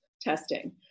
testing